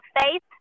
faith